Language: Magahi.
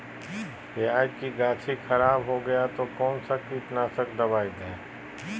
प्याज की गाछी खराब हो गया तो कौन सा कीटनाशक दवाएं दे?